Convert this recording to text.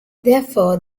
therefore